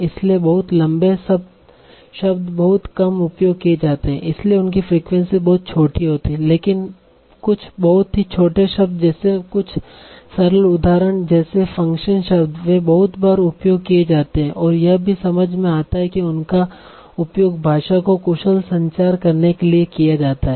इसलिए बहुत लंबे शब्द बहुत कम उपयोग किए जाते हैं इसलिए उनकी फ्रीक्वेंसी बहुत छोटी होती है लेकिन कुछ बहुत ही छोटे शब्द जैसे कुछ सरल उदाहरण जैसे फ़ंक्शन शब्द वे बहुत बार उपयोग किए जाते हैं और यह भी समझ में आता है क्योंकि उनका उपयोग भाषा को कुशल संचार करने के लिए किया जाता है